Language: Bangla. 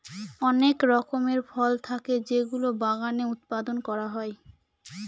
অনেক রকমের ফল থাকে যেগুলো বাগানে উৎপাদন করা হয়